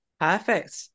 Perfect